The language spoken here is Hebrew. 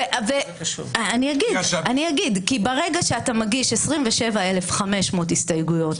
אני אגיד: כי ברגע שאתה מגיש 27,500 הסתייגויות,